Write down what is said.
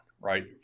right